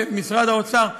לאחר שמשרד האוצר שוכנע,